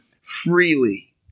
freely